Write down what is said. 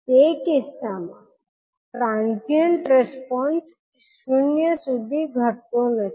તે કિસ્સામાં transient response શૂન્ય સુધી ઘટતો નથી